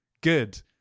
good